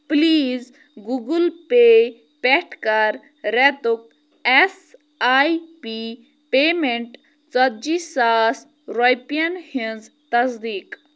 please Google Pay پٮ۪ٹھ کَر رٮ۪تُک اٮ۪س آی پی پیمٮ۪نٛٹ ژَتجی ساس رۄپیَن ہِنٛز تصدیٖق